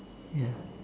ya